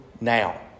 now